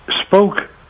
spoke